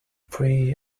free